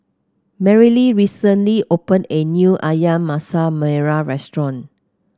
Merrilee recently open a new ayam Masak Merah Restaurant